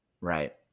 Right